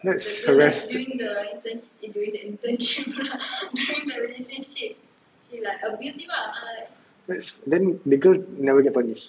that's harass that's like then the girl never get punish